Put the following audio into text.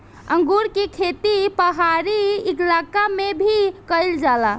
अंगूर के खेती पहाड़ी इलाका में भी कईल जाला